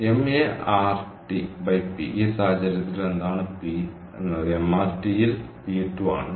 A m R TP ഈ സാഹചര്യത്തിൽ എന്താണ് P എന്നത് mRT ൽ P2 ആണ്